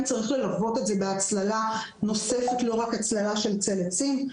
צריך ללוות את זה בהצללה נוספת לא רק הצללה של צל עצים.